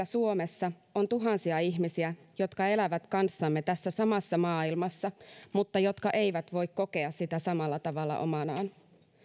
suomessa on tuhansia ihmisiä jotka elävät kanssamme tässä samassa maailmassa mutta jotka eivät voi kokea sitä samalla tavalla omanaan